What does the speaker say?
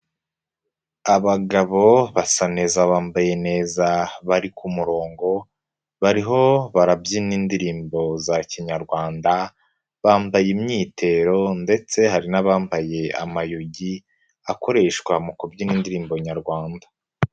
Abagabo basa neza bambaye neza bari ku murongo bariho barabyina indirimbo za kinyarwanda bambaye imyitero ndetse hari n'abambaye amayugi akoreshwa mu kubyina indirimbo nyarwanda.